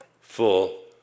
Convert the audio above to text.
full